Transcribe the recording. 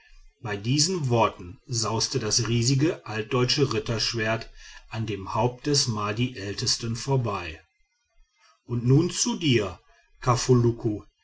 bei diesen worten sauste das riesige altdeutsche ritterschwert an dem haupt des madi ältesten vorbei und nun zu dir